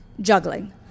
Juggling